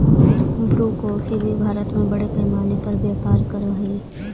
Bru coffee भी भारत में बड़े पैमाने पर व्यापार करअ हई